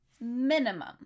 Minimum